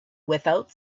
without